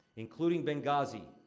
including benghazi.